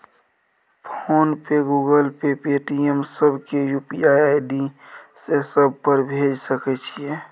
Phone पे, Google Pay, Paytm, सब के UPI से सब पर भेज सके छीयै?